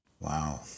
Wow